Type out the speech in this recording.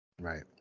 Right